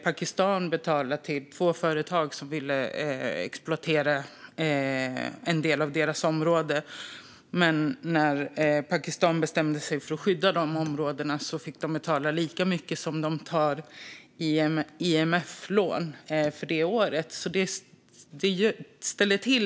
Pakistan fick betala till två företag som ville exploatera områden i Pakistan, men när Pakistan bestämde sig för att skydda områdena fick landet betala lika mycket som landet tog upp i IMF-lån för det året.